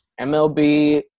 MLB